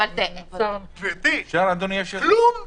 גברתי, כלום?